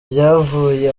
ibyavuye